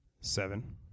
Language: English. seven